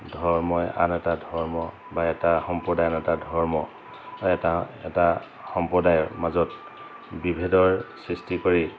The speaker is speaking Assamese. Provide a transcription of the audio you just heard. ধৰ্মই আন এটা ধৰ্ম বা এটা সম্প্ৰদায় আন এটা ধৰ্ম অ' এটা এটা সম্প্ৰদায়ৰ মাজত বিভেদৰ সৃষ্টি কৰি